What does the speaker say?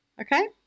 Okay